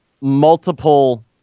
multiple